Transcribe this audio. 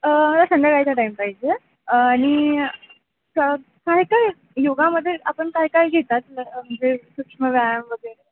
संध्याकाळीचा time पाहिजे आणि काय काय योगामध्ये आपण काय काय घेतात म्हणजे सूक्ष्म व्यायाम वगैरे